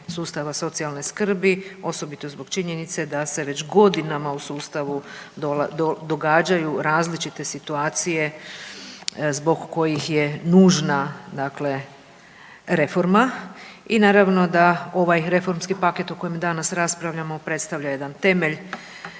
sustava socijalne skrbi osobito zbog činjenice da se već godinama u sustavu događaju različite situacije zbog kojih je nužna dakle reforma i naravno da ovaj reformski paket o kojem danas raspravljamo predstavlja jedan temelj